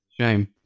Shame